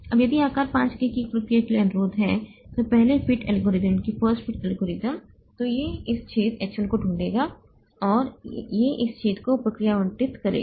अब यदि आकार 5 K की एक प्रक्रिया के लिए अनुरोध है तो पहले फिट एल्गोरिथ्म तो यह इस छेद H 1 को ढूंढेगा और यह इस छेद को प्रक्रिया आवंटित करेगा